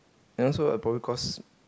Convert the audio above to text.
and also err probably cause